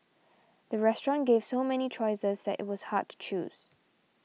the restaurant gave so many choices that it was hard to choose